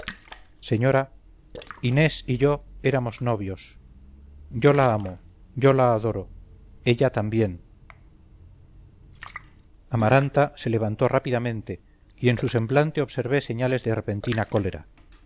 señora inés y yo éramos novios yo la amo yo la adoro ella también amaranta se levantó rápidamente y en su semblante observé señales de repentina cólera